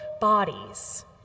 bodies